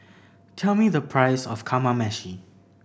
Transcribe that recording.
tell me the price of Kamameshi